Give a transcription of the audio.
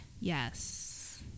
Yes